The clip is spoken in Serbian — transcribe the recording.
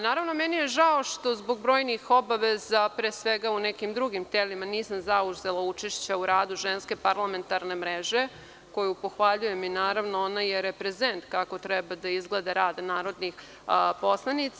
Naravno, meni je žao što zbog brojnih obaveza, pre svega u nekim drugim telima, nisam zauzela učešća u radu Ženske parlamentarne mreže, koju pohvaljujem i naravno ona je reprezent kako treba da izgleda rad narodnih poslanica.